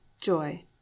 joy